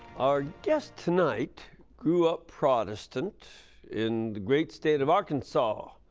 our guest tonight grew up protestant in the great state of arkansas.